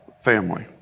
family